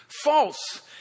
False